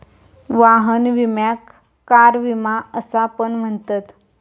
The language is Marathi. वाहन विम्याक कार विमा असा पण म्हणतत